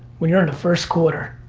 when you're in the first quarter.